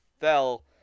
fell